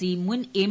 C മുൻ M